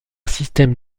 système